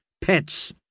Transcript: pets